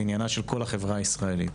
זה עניינה של כל החברה הישראלית.